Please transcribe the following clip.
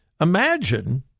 Imagine